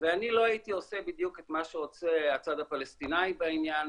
ואני לא הייתי עושה בדיוק את מה שעושה הצד הפלסטינאי בעניין,